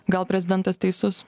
gal prezidentas teisus